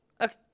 Okay